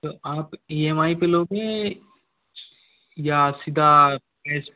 तो आप E M I पे लोगे या सीधा कैश